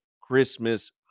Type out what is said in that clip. Christmas